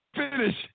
finish